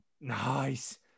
Nice